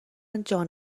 جان